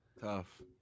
Tough